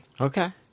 Okay